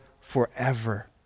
forever